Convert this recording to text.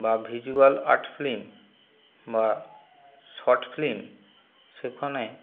বা visual art বা short film সেখনে